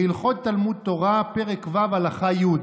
בהלכות תלמוד תורה, פרק ו', הלכה י'.